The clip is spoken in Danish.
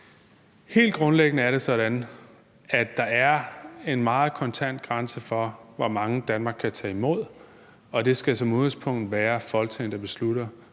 helt grundlæggende er det sådan, at der er en meget kontant grænse for, hvor mange Danmark kan tage imod, og det skal som udgangspunkt være Folketinget, der beslutter,